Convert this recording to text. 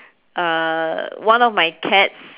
uh one of my cats